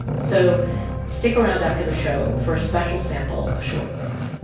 so stick around after the show for a special sample of short wave